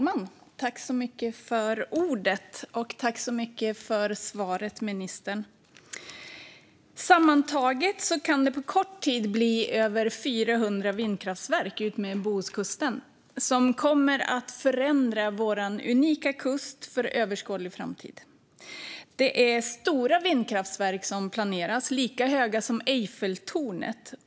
Herr talman! Tack, ministern, för svaret! Sammantaget kan det på kort tid bli över 400 vindkraftverk utmed Bohuskusten. Det kommer att förändra vår unika kust för överskådlig framtid. Det är stora vindkraftverk som planeras, lika höga som Eiffeltornet.